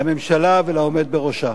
לממשלה ולעומד בראשה.